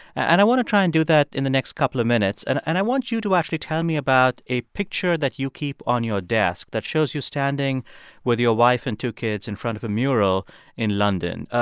and i want to try and do that in the next couple of minutes. and and i want you to actually tell me about a picture that you keep on your desk that shows you standing with your wife and two kids in front of a mural in london.